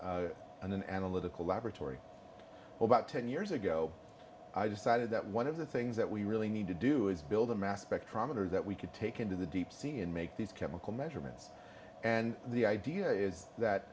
and an analytical laboratory about ten years ago i decided that one of the things that we really need to do is build a mass spectrometer that we can take into the deep sea and make these chemical measurements and the idea is that